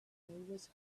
was